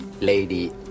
Lady